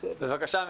בבקשה,